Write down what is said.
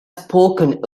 spoken